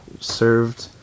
served